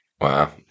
wow